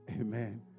Amen